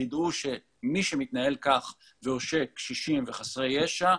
ידעו שמי שמתנהל כך, עושק קשישים וחסרי ישע,